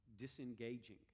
disengaging